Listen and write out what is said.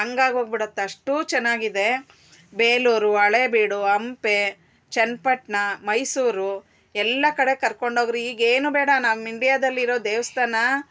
ಹಂಗಾಗ್ ಹೋಗ್ಬಿಡುತ್ತೆ ಅಷ್ಟೂ ಚೆನ್ನಾಗಿದೆ ಬೇಲೂರು ಹಳೇಬೀಡು ಹಂಪೆ ಚನ್ನಪಟ್ಣ ಮೈಸೂರು ಎಲ್ಲ ಕಡೆ ಕರ್ಕೊಂಡೋಗಿರಿ ಈಗೇನು ಬೇಡ ನಮ್ಮ ಇಂಡಿಯಾದಲ್ಲಿರೋ ದೇವಸ್ಥಾನ